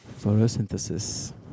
Photosynthesis